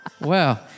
Wow